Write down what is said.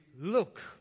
Look